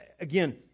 again